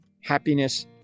happiness